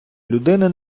людини